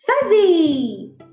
Fuzzy